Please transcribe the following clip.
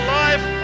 life